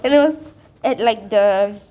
then it was at like the